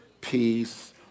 peace